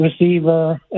receiver